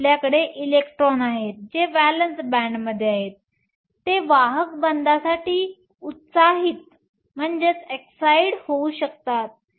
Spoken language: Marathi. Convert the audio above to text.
तर आपल्याकडे इलेक्ट्रॉन आहेत जे व्हॅलेन्स बॅण्डमध्ये आहेत ते वाहक बंधसाठी उत्साहित होऊ शकतात